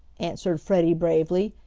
answered freddie bravely,